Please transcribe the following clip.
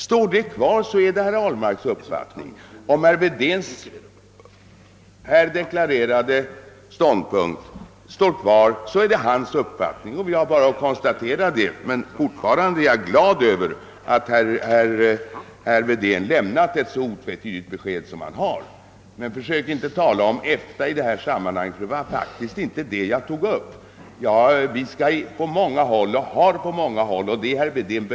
Står det kvar är det herr Ahlmarks uppfattning. Om herr Wedéns här deklarerade ståndpunkt står kvar är hans uppfattning den motsatta, och vi har bara att konstatera det. Fortfarande är jag glad över att herr Wedén lämnat ett så otvetydigt besked. Men försök inte tala om EFTA i detta sammanhang. Det är ett försök till undanglidning. Det var faktiskt en annan sak jag tog upp och frågade herr Wedén om.